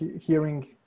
hearing